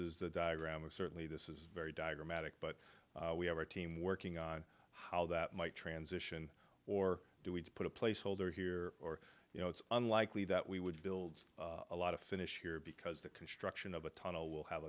is the diagram of certainly this is very diagrammatic but we have a team working on how that might transition or do we put a placeholder here or you know it's unlikely that we would build a lot of finish here because the construction of the tunnel will have